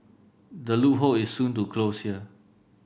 the loophole is soon to close here